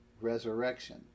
resurrection